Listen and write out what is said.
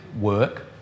work